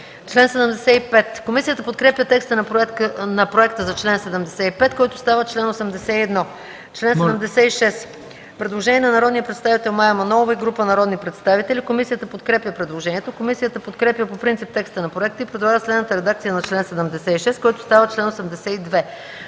девета. Комисията подкрепя текста на проекта за чл. 82, който става чл. 89. По чл. 83 има предложение на народния представител Мая Манолова и група народни представители. Комисията подкрепя по принцип предложението. Комисията подкрепя по принцип текста на проекта и предлага следната редакция на чл. 83, който става чл.